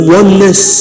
oneness